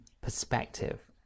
perspective